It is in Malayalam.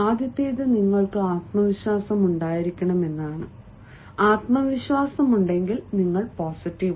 ആദ്യത്തേത് നിങ്ങൾക്ക് ആത്മവിശ്വാസമുണ്ടായിരിക്കണം ആത്മവിശ്വാസമുണ്ടെങ്കിൽ നിങ്ങൾ പോസിറ്റീവാണ്